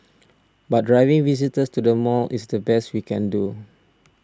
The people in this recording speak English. but driving visitors to the mall is the best we can do